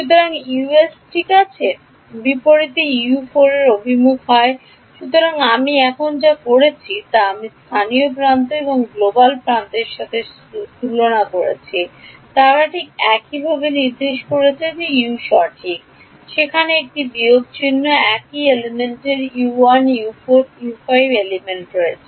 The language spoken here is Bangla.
সুতরাং Us ঠিক আছে বিপরীতে হয় অভিমুখ সুতরাং আমি এখন যা করছি তা আমি স্থানীয় প্রান্ত এবং গ্লোবাল প্রান্তের সাথে তুলনা করছি তারা ঠিক একইভাবে নির্দেশ করছে যে ইউ সঠিক সেখানে একটি বিয়োগ চিহ্ন একই এলিমেন্টে U1 U4 U5 এলিমেন্টে রয়েছে